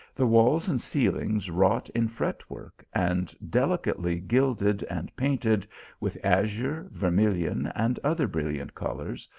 the walls and ceilings wrought in fret-work, and delicately gilded and painted with azure, vermilion, and other brilliant colours,